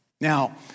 Now